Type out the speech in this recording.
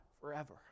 forever